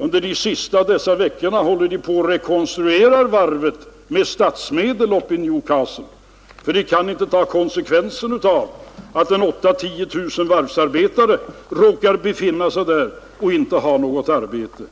Under det sista av dessa veckor håller man på att rekonstruera varvet Newcastle med statsmedel. Man kan inte ta konsekvensen av att 8 000 å 10 000 varvsarbetare råkar befinna sig där utan att ha något arbete.